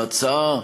ההצעה,